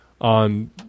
On